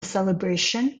celebration